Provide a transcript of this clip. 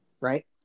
Right